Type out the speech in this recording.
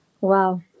wow